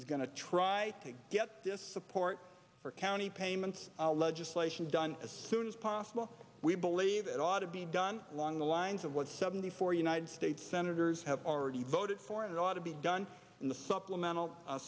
is going to try to get this support for county payments legislation done as soon as possible we believe it ought to be done along the lines of what seventy four united states senators have already voted for it ought to be done in the summer a mental